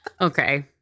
okay